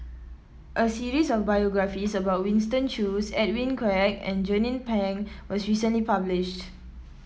a series of biographies about Winston Choos Edwin Koek and Jernnine Pang was recently published